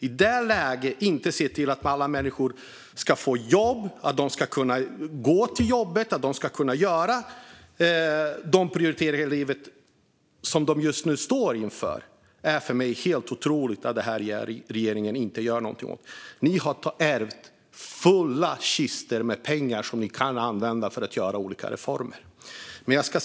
För mig är det helt otroligt att denna regering i detta läge inte gör någonting åt att se till att alla människor ska få jobb och kunna göra de prioriteringar i livet som de just nu står inför. Ni har ärvt fulla kistor med pengar som ni kan använda för att göra olika reformer.